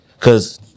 Cause